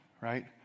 right